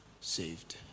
Saved